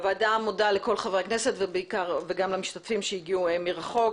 הוועדה מודה לכל חברי הכנסת וגם למשתתפים שהגיעו מרחוק.